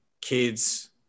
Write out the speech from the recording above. kids